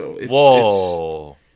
Whoa